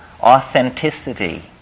authenticity